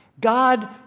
God